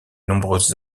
nombreuses